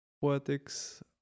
poetics